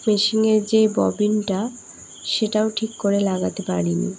মেশিনের যে ববিনটা সেটাও ঠিক করে লাগাতে পারিনি